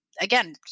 again